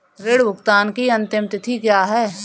ऋण भुगतान की अंतिम तिथि क्या है?